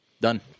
Done